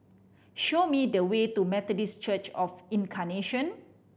show me the way to Methodist Church Of Incarnation